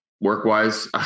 work-wise